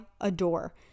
adore